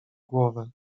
głowę